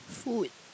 food